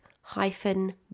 hyphen